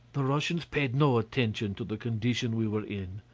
the russians paid no attention to the condition we were in.